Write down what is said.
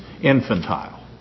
infantile